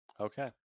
Okay